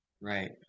right